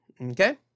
okay